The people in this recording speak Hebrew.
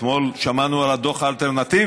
אתמול שמענו על הדוח האלטרנטיבי,